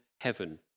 heaven